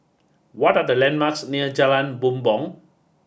what are the landmarks near Jalan Bumbong